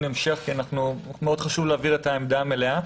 המשך כי חשוב להבין את העמדה המלאה.